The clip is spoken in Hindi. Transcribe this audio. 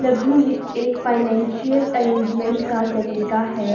लघु वित्त एक फाइनेंसियल अरेजमेंट का तरीका है